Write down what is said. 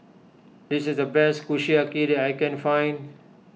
this is the best Kushiyaki that I can find